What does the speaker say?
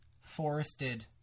forested